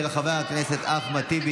לוועדה שתקבע ועדת הכנסת נתקבלה.